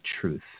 truth